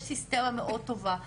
יש סיסטמה מאד טובה,